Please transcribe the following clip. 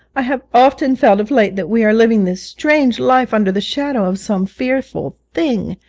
i have often felt of late that we are living this strange life under the shadow of some fearful thing,